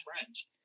friends